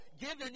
given